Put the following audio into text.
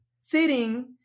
sitting